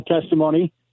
testimony